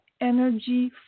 energy